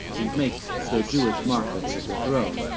and make their jewish markets of the throne,